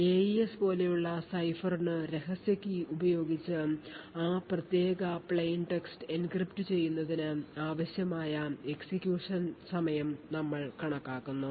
AES പോലുള്ള സൈഫറിനു രഹസ്യ കീ ഉപയോഗിച്ച് ആ പ്രത്യേക പ്ലെയിൻടെക്സ്റ്റ് എൻക്രിപ്റ്റ് ചെയ്യുന്നതിന് ആവശ്യമായ എക്സിക്യൂഷൻ സമയം ഞങ്ങൾ കണക്കാക്കുന്നു